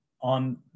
on